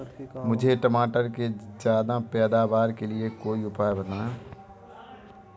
मुझे मटर के ज्यादा पैदावार के लिए कोई उपाय बताए?